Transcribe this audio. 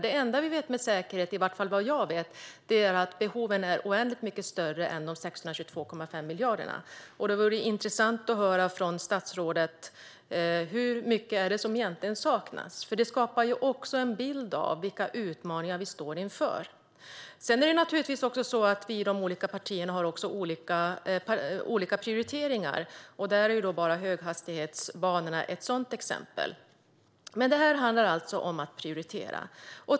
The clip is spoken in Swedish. Det enda vi vet med säkerhet - i varje fall vad jag vet - är att behoven är oändligt mycket större än de 622,5 miljarderna. Det vore intressant att höra från statsrådet hur mycket som egentligen saknas. Det skapar också en bild av vilka utmaningar vi står inför. Naturligtvis har de olika partierna olika prioriteringar. Höghastighetsbanorna är ett sådant exempel. Men här handlar det om att prioritera.